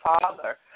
father